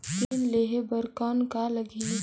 ऋण लेहे बर कौन का लगही?